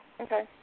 Okay